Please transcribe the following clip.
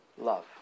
love